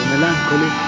melancholy